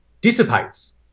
dissipates